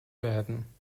werden